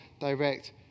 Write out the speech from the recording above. direct